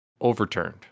overturned